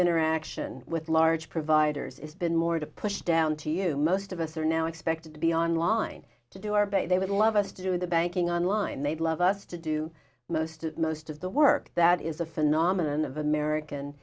interaction with large providers it's been more to push down to you most of us are now expected to be online to do our bit they would love us to do the banking online they'd love us to do most of most of the work that is a phenomenon of american